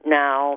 now